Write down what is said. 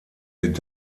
wird